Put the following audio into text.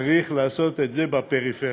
צריך לעשות את זה בפריפריה.